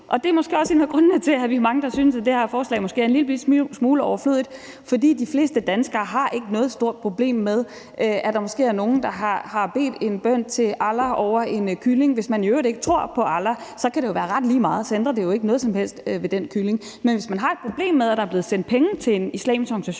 Det er måske også en af grundene til, at vi er mange, der synes, at det her forslag er en lillebitte smule overflødigt, fordi de fleste danskere ikke har noget stort problem med, at der måske er nogen, der har bedt en bøn til Allah over en kylling. Hvis man i øvrigt ikke tror på Allah, kan det jo være ret lige meget. Så ændrer det jo ikke noget som helst ved den kylling. Men hvis man har et problem med, at der er blevet sendt penge til en islamisk organisation,